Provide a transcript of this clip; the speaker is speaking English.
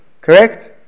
Correct